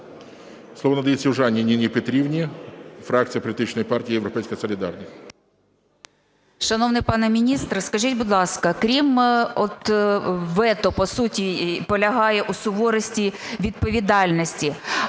Слово надається Южаніній Ніні Петрівні, фракція політичної партії "Європейська солідарність".